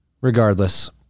Regardless